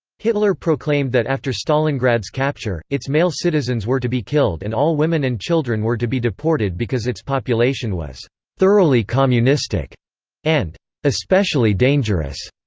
hitler proclaimed that after stalingrad's capture, its male citizens were to be killed and all women and children were to be deported because its population was thoroughly communistic and especially dangerous.